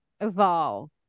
evolve